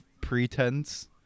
pretense